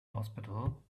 hospital